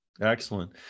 Excellent